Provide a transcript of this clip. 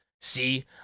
see